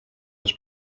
was